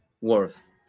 worth